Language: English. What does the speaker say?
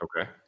okay